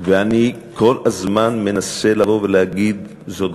ואני כל הזמן מנסה לבוא ולהגיד: זאת